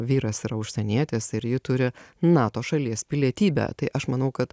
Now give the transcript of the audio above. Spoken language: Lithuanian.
vyras yra užsienietis ir ji turi nato šalies pilietybę tai aš manau kad